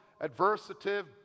adversative